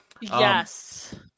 yes